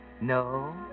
No